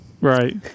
Right